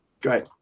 Great